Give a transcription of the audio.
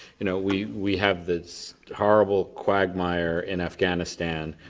you know we we have this horrible quagmire in afghanistan,